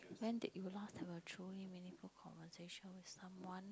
when did you last have a truly meaningful conversation with someone